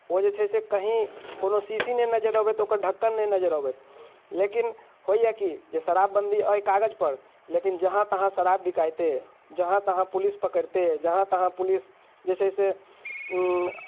ओ जे छै से कहीँ कोनो शीशी नहि नजर अबै तऽ ओकर ढक्कन नहि नजर अबै लेकिन होइए की जे शराबबंदी अइ कागज पर लेकिन जहाँ तहाँ शराब बिकाइते अइ जहाँ तहाँ पुलिस पकड़तै अइ जहाँ तहाँ पुलिस जे छै से